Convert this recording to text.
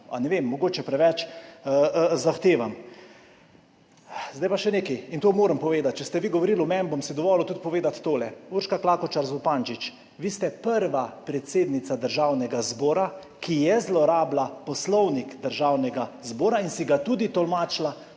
Ne vem, mogoče preveč zahtevam. Zdaj pa še nekaj in to moram povedati. Če ste vi govorili o meni, si bom dovolil povedati tudi tole. Urška Klakočar Zupančič, vi ste prva predsednica Državnega zbora, ki je zlorabila Poslovnik Državnega zbora in si ga tudi tolmačila